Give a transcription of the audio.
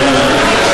הבנתי.